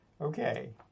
Okay